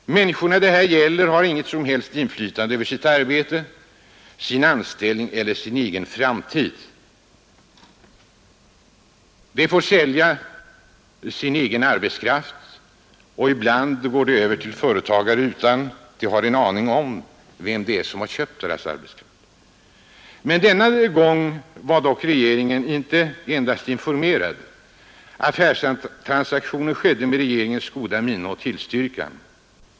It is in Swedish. Människorna det här gäller har inget som helst inflytande över sitt arbete, sin anställning eller sin egen framtid. De får sälja sin egen arbetskraft och ibland går de över till en annan företagare utan att de har en aning om vem som köpt deras arbetskraft. Denna gång var dock regeringen inte endast informerad. Affärstransaktionen skedde med regeringens goda minne och tillstyrkande.